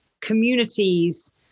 communities